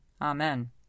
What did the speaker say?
Amen